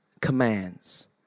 commands